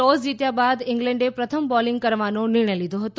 toss જીત્યા બાદ ઇંગ્લેન્ડે પ્રથમ બોલિંગ કરવાનો નિર્ણય લીધો હતો